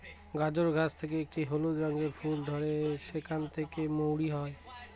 গাজর গাছ থেকে একটি হলুদ রঙের ফুল ধরে সেখান থেকে মৌরি হয়